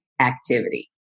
activity